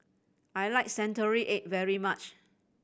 I like century egg very much